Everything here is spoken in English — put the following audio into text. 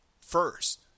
first